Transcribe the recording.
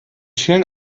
vielen